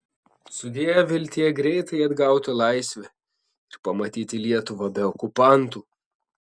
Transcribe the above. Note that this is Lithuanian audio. sudiev viltie greitai atgauti laisvę ir pamatyti lietuvą be okupantų